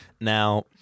Now